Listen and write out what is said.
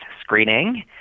screening